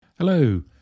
Hello